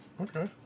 Okay